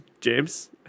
James